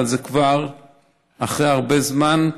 אבל זה כבר אחרי הרבה זמן,